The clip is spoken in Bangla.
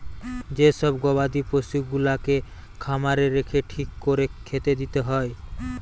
যে সব গবাদি পশুগুলাকে খামারে রেখে ঠিক কোরে খেতে দিতে হয়